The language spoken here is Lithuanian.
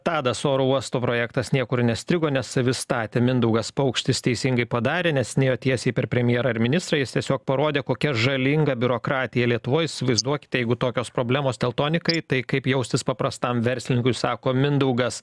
tadas oro uosto projektas niekur nestrigo nes savi statė mindaugas paukštis teisingai padarė nes nėjo tiesiai per premjerą ir ministrą jis tiesiog parodė kokia žalinga biurokratija lietuvoj įsivaizduokite jeigu tokios problemos teltonikai tai kaip jaustis paprastam verslininkui sako mindaugas